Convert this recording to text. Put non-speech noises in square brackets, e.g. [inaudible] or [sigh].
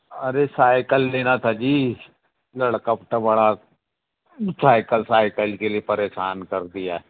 अरे साइकिल लेना था जी लड़का [unintelligible] बड़ा साइकिल साइकिल के लिए परेशान कर दिया है